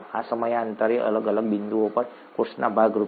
આ સમયાંતરે અલગ અલગ બિંદુઓ પર આ કોર્સના ભાગ રૂપે